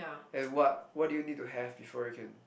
and what what do you need to have before you can